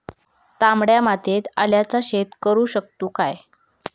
तामड्या मातयेत आल्याचा शेत करु शकतू काय?